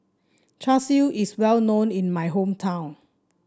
Char Siu is well known in my hometown